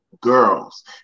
girls